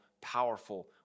powerful